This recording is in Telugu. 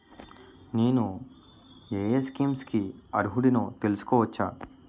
నేను యే యే స్కీమ్స్ కి అర్హుడినో తెలుసుకోవచ్చా?